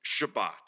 Shabbat